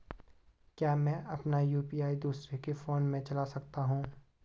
क्या मैं अपना यु.पी.आई दूसरे के फोन से चला सकता हूँ?